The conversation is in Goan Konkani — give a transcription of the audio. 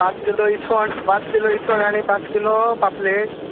पांच किलो इसवण पांच किलो इसवण आनी पांच किलो पापलेट